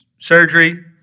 Surgery